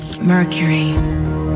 Mercury